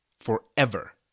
forever